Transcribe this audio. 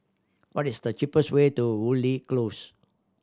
what is the cheapest way to Woodleigh Close